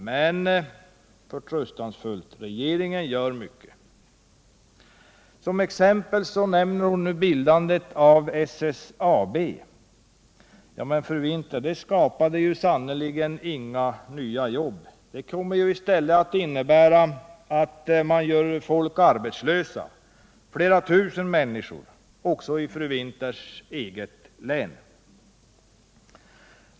Men, fortsatte hon förtröstansfullt, regeringen gör mycket. Som exempel nämnde hon bildandet av SSAB. Men, fru Winther, det skapade sannerligen inga nya jobb. Det kommer i stället att innebära att man gör folk arbetslösa. Flera tusen människor kommer att drabbas, också i fru Winthers eget län.